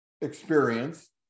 experience